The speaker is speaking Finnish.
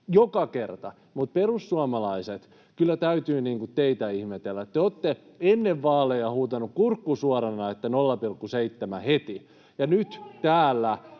joka kerta, mutta perussuomalaiset, kyllä täytyy teitä ihmetellä. Te olette ennen vaaleja huutaneet kurkku suorana, että 0,7 heti, [Krista